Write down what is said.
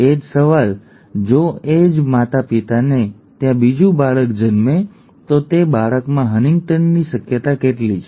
એ જ સવાલ જો એ જ માતા પિતાને ત્યાં બીજું બાળક જન્મે તો તે બાળકમાં હન્ટિંગ્ટનની શક્યતા કેટલી છે ઠીક છે